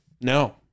No